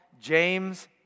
James